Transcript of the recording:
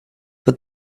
but